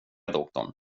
doktorn